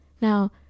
Now